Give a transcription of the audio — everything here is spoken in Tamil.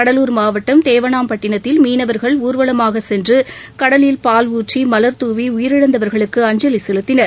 கடலூர் மாவட்டம் தேவனாம்பட்டினத்தில் மீனவர்கள் ஊர்வலமாகச் சென்றுகடலில் பால் ஊற்றி மலர்தூவிஉயிரிழந்தவர்களுக்கு அஞ்சலிசெலுத்தினர்